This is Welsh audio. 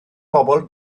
bobl